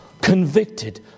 convicted